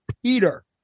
Peter